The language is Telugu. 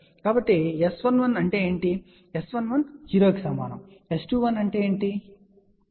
కాబట్టి S11 అంటే ఏమిటి S11 0 కి సమానం S21 అంటే ఏమిటి